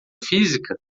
física